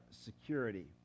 security